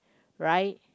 right